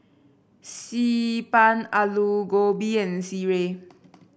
Xi Ban Aloo Gobi and sireh